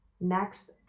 next